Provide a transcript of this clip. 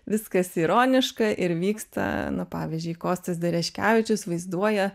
viskas ironiška ir vyksta na pavyzdžiui kostas dereškevičius vaizduoja